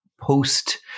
post